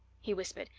he whispered,